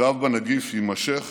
הקרב בנגיף יימשך